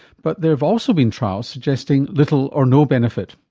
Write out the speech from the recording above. but there have also been trials suggesting little or no benefit.